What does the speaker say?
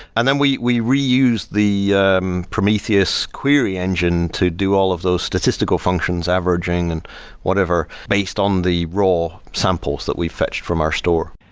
and then we we reuse the um prometheus query engine to do all of those statistical functions, averaging and whatever based on the role samples that we fetched from our store.